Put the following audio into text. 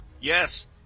yes